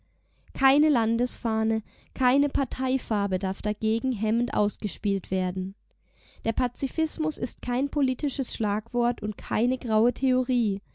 keine landesfahne keine parteifarbe darf dagegen hemmend ausgespielt werden der pazifismus ist kein politisches schlagwort und keine graue theorie